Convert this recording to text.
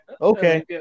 Okay